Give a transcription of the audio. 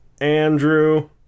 Andrew